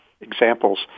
examples